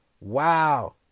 wow